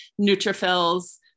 neutrophils